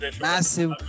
massive